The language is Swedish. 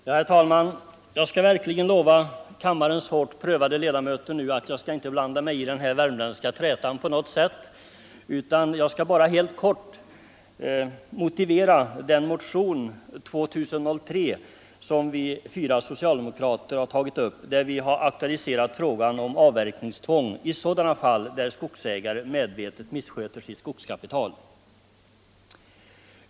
Herr talman! Jag skall verkligen lova kammarens hårt prövade ledamöter att jag inte skall blanda mig i den värmländska trätan på något sätt. Jag skall helt kort motivera motionen 2003, i vilken vi fyra socialdemokrater har aktualiserat frågan om avverkningstvång i sådana fall där skogsägare medvetet missköter sitt skogskapital.